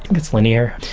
it's linear.